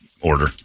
order